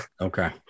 Okay